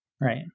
Right